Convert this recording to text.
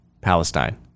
Palestine